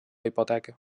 hipoteca